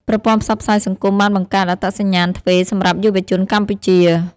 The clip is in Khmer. ប្រព័ន្ធផ្សព្វផ្សាយសង្គមបានបង្កើតអត្តសញ្ញាណទ្វេសម្រាប់យុវជនកម្ពុជា។